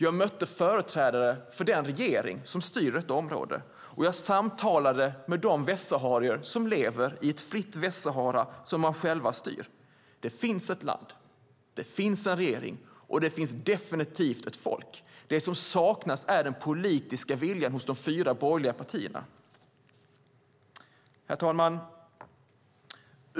Jag mötte företrädare för den regering som styr området, och jag samtalade med de västsaharier som lever i ett fritt Västsahara som de själva styr. Det finns ett land, det finns en regering och det finns definitivt ett folk. Det som saknas är den politiska viljan hos de fyra borgerliga partierna. Herr talman!